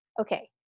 Okay